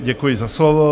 Děkuji za slovo.